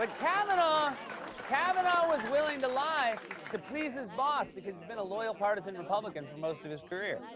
ah kavanaugh kavanaugh was willing to lie to please his boss because he's been a loyal partisan republican for most of his career,